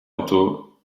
otto